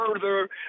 further